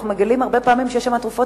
אנחנו מגלים הרבה פעמים שיש שם תרופות